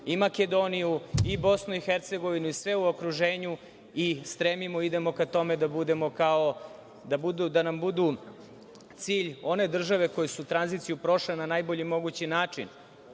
i Makedoniju i BiH i sve u okruženju i stremimo, idemo ka tome da nam budu cilj one države koje su tranziciju prošle na najbolji mogući način,